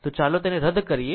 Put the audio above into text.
તો ચાલો તેને રદ કરીએ